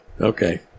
okay